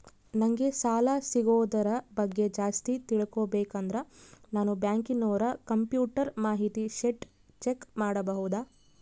ನಂಗೆ ಸಾಲ ಸಿಗೋದರ ಬಗ್ಗೆ ಜಾಸ್ತಿ ತಿಳಕೋಬೇಕಂದ್ರ ನಾನು ಬ್ಯಾಂಕಿನೋರ ಕಂಪ್ಯೂಟರ್ ಮಾಹಿತಿ ಶೇಟ್ ಚೆಕ್ ಮಾಡಬಹುದಾ?